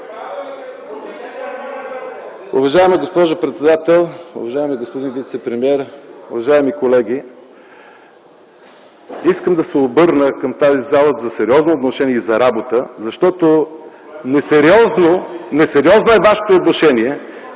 Уважаема госпожо председател, уважаеми господин вицепремиер, уважаеми колеги! Искам да се обърна към тази зала за сериозно отношение и за работа (шум и реплики в КБ), защото несериозно е вашето отношение,